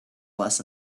less